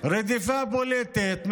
רדיפה פוליטית.